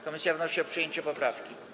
Komisja wnosi o przyjęcie poprawki.